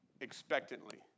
expectantly